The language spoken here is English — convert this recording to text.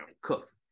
cooked